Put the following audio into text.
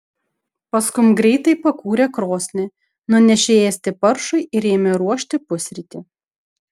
paskum greitai pakūrė krosnį nunešė ėsti paršui ir ėmė ruošti pusrytį